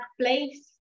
place